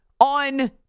on